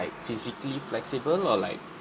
physically flexible or like